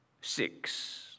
six